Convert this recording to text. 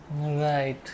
Right